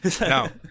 No